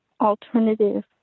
alternative